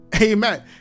amen